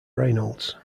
reynolds